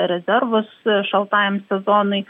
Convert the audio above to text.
rezervus šaltajam sezonui